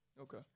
Okay